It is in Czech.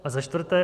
A za čtvrté.